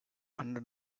under